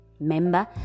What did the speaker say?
Member